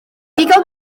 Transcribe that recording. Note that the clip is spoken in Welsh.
digon